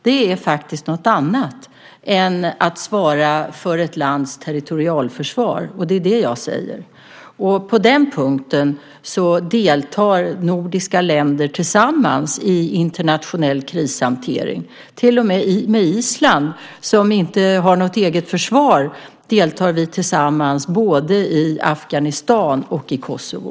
Det är något annat än att svara för ett lands territorialförsvar. Det är vad jag säger. På den punkten deltar nordiska länder tillsammans i internationell krishantering. Vi deltar även med Island, som inte har något eget försvar, i både Afghanistan och Kosovo.